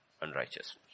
unrighteousness